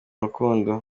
rukundo